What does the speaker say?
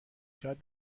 شاید